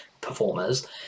performers